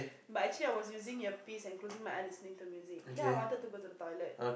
but actually I was using earpiece and closing my eye listening to the music then I wanted to go to the toilet